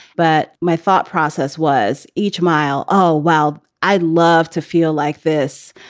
but my thought process was each mile oh, well, i'd love to feel like this.